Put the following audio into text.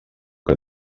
que